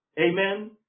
Amen